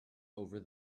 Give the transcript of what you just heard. over